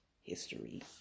history